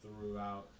throughout